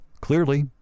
Clearly